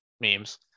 memes